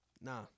Nah